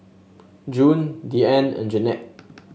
June Deeann and Jannette